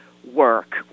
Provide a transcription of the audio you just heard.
work